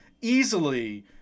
easily